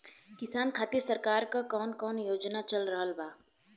किसान खातिर सरकार क कवन कवन योजना चल रहल बा?